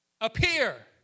Appear